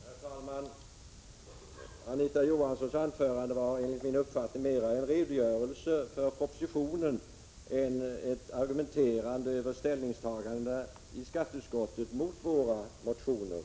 Herr talman! Anita Johanssons anförande var enligt min uppfattning mera en redogörelse för propositionen än ett argumenterande för ställningstagandena i skatteutskottet beträffande våra motioner.